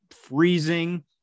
freezing